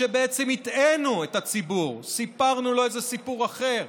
בעצם הטעינו את הציבור, סיפרנו לו איזה סיפור אחר?